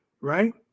Right